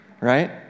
right